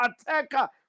attacker